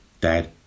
dad